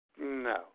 No